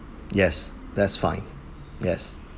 yes that's fine yes